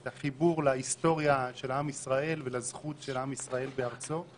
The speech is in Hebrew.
את החיבור להיסטוריה של עם ישראל ולזכות של עם ישראל בארצו.